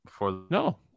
No